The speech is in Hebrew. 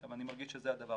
אבל אני מרגיש שזה הדבר.